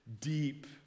deep